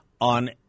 on